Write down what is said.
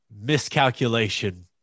miscalculation